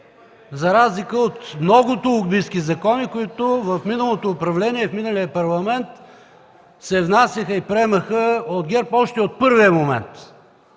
за разлика от многото лобистки закони, които в миналото управление, в миналия Парламент се внасяха и приемаха от ГЕРБ още от първия момент.